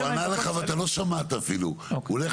אם יודע שנותנים, ודאי.